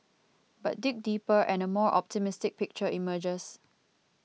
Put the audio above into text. but dig deeper and a more optimistic picture emerges